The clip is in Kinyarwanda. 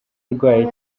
arwaye